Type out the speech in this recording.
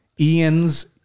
Ian's